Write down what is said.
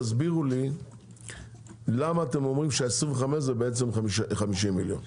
תסבירו לי למה אתם אומרים ש-25 זה בעצם 50 מיליון.